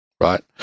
right